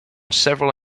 several